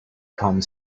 come